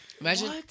Imagine